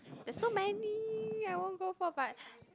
there's so many I won't go for but